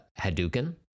Hadouken